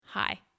Hi